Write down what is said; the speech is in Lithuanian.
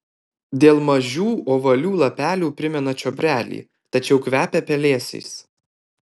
dėl mažų ovalių lapelių primena čiobrelį tačiau kvepia pelėsiais